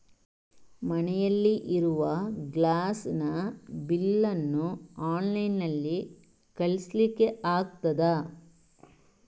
ಮನೆಯಲ್ಲಿ ಇರುವ ಗ್ಯಾಸ್ ನ ಬಿಲ್ ನ್ನು ಆನ್ಲೈನ್ ನಲ್ಲಿ ಕಳಿಸ್ಲಿಕ್ಕೆ ಆಗ್ತದಾ?